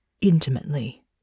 intimately